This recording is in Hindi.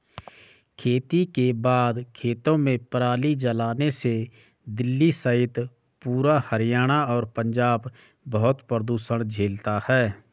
खेती के बाद खेतों में पराली जलाने से दिल्ली सहित पूरा हरियाणा और पंजाब बहुत प्रदूषण झेलता है